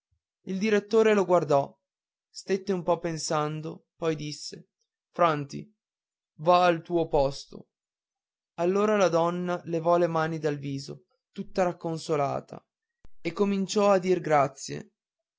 il direttore lo guardò stette un po pensando poi disse franti va al tuo posto allora la donna levò le mani dal viso tutta racconsolata e cominciò a dir grazie